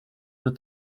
the